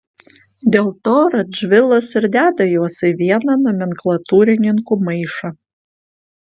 dėl to radžvilas ir deda juos į vieną nomenklatūrininkų maišą